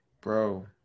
Bro